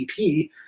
EP